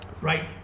Right